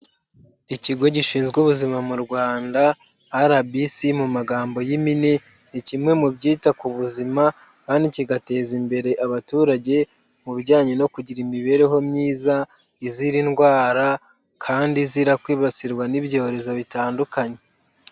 Ikigo gishinzwe ubuzima mu Rwanda RBC mu magambo y'impine, ni kimwe mu byita ku buzima kandi kigateza imbere abaturage mu bijyanye no kugira imibereho myiza izira indwara kandi izira kwibasirwa n'ibyorezo bitandukanye.